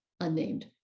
unnamed